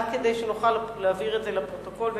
וזה רק כדי שנוכל להעביר את זה לפרוטוקול ולהתקדם.